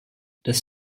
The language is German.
des